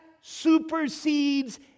supersedes